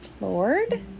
Lord